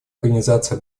организация